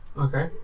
okay